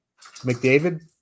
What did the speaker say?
McDavid